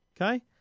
Okay